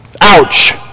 ouch